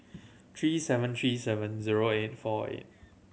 three seven three seven zero eight four eight